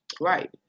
Right